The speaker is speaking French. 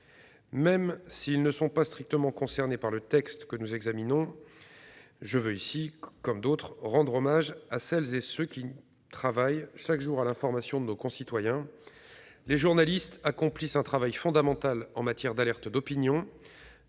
Même s'ils ne sont pas strictement concernés par le texte que nous examinons, je veux ici, comme d'autres, rendre hommage à celles et ceux qui travaillent chaque jour à l'information de nos concitoyens. Les journalistes accomplissent un travail fondamental pour alerter l'opinion.